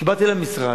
כשבאתי למשרד,